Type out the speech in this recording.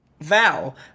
Val